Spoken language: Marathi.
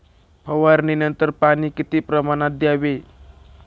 फवारणीनंतर पाणी किती प्रमाणात द्यावे?